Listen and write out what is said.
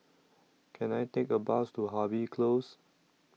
Can I Take A Bus to Harvey Close